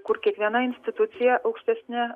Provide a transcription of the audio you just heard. kur kiekviena institucija aukštesni